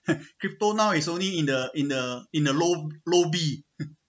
crypto now is only in the in the in the low low B